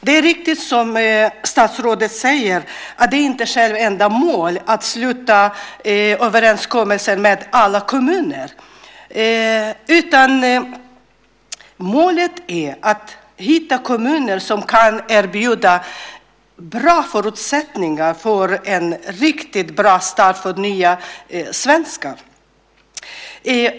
Det är riktigt som statsrådet säger att det inte är ett självändamål att sluta överenskommelser med alla kommuner. Målet är att hitta kommuner som kan erbjuda bra förutsättningar för en riktigt bra start för nya svenskar.